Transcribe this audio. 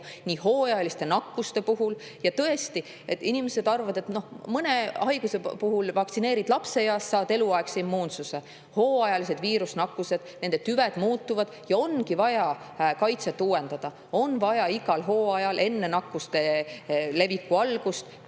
hoida hooajaliste nakkuste puhul. Ja tõesti, inimesed arvavad, et kui mõne haiguse vastu vaktsineerid lapseeas, siis saad eluaegse immuunsuse. Hooajaliste viirusnakkuste tüved muutuvad ja ongi vaja kaitset uuendada, on vaja igal hooajal enne nakkuste leviku algust